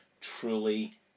truly